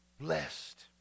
Blessed